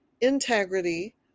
integrity